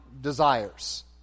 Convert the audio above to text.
desires